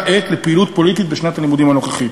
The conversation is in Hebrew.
עת לפעילות פוליטית בשנת הלימודים הנוכחית.